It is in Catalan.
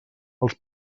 als